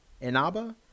Inaba